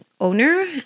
owner